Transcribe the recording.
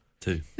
Two